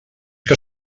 que